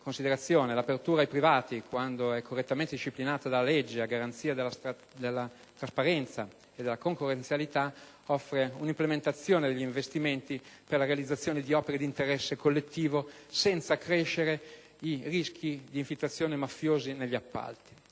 secondo luogo, l'apertura ai privati, quando è correttamente disciplinata dalla legge, a garanzia della trasparenza e della concorrenzialità, offre un'implementazione degli investimenti per la realizzazione di opere di interesse collettivo senza accrescere i rischi di infiltrazioni mafiose negli appalti.